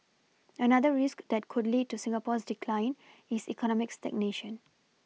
another risk that could lead to Singapore's decline is economic stagnation